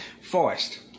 Forest